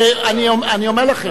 אני אומר לכם,